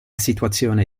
situazione